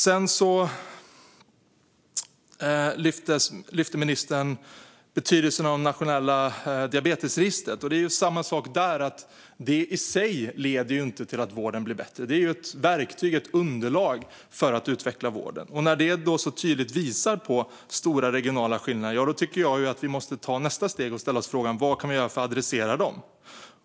Ministern lyfte fram betydelsen av Nationella diabetesregistret. Det är samma sak här: Det i sig leder inte till att vården blir bättre. Det är ett verktyg, ett underlag för att utveckla vården. När det tydligt visar stora regionala skillnader måste vi ta nästa steg och ställa oss frågan vad vi kan göra för att adressera dem.